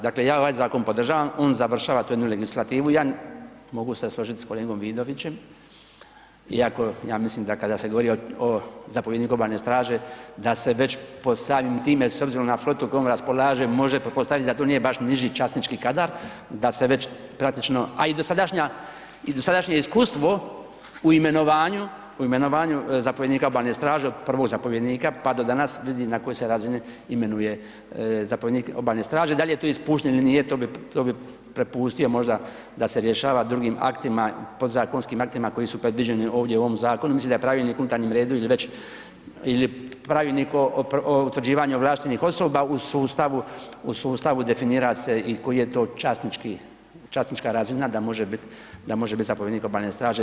Dakle ja ovaj zakon podržavam, on završava tu jednu legislativu, ja mogu se složiti sa kolegom Vidovićem iako ja mislim da kada se govori o zapovjedniku Obalne straže, da se već pod samim time s obzirom na flotu kojom raspolažemo, može pretpostaviti da to nije baš niži časnički kadar, da se već praktično a i dosadašnje iskustvo u imenovanju zapovjednika Obalne straže, od prvog zapovjednika pa do danas, vidi na kojoj se razini imenuje zapovjednik Obalne straže, da li je tu ispušten ili nije, to bi prepustio možda da se rješava drugim aktima, podzakonskim aktima koji su predviđeni ovdje u ovom zakonu, mislim da je Pravilnik o unutarnjem redu ili Pravilnik o utvrđenju ovlaštenih osoba, u sustavu definira se i koja je to časnička razina, da može biti zapovjednik Obalne straže.